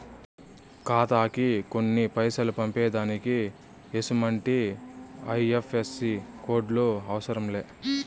ఖాతాకి కొన్ని పైసలు పంపేదానికి ఎసుమంటి ఐ.ఎఫ్.ఎస్.సి కోడులు అవసరం లే